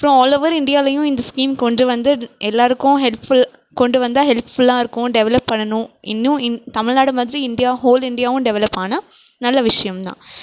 அப்புறம் ஆலோவர் இந்தியாலேயும் இந்த ஸ்கீம் கொண்டு வந்து எல்லாேருக்கும் ஹெல்ப்ஃபுல் கொண்டு வந்தால் ஹெல்ப்ஃபுல்லாக இருக்கும் டெவலப் பண்ணணும் இன்னும் தமிழ் நாடு மாதிரி இந்தியா ஹோல் இந்தியாவும் டெவெலப் ஆனால் நல்ல விஷயம்தான்